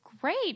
great